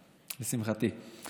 לשמחתי.